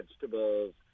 vegetables